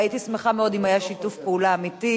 והייתי שמחה מאוד אם היה שיתוף פעולה אמיתי,